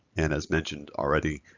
and as mentioned already,